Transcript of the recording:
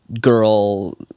girl